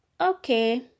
okay